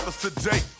today